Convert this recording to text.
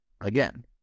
again